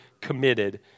committed